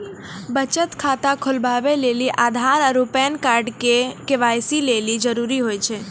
बचत खाता खोलबाबै लेली आधार आरू पैन कार्ड के.वाइ.सी लेली जरूरी होय छै